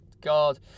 God